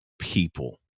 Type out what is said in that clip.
people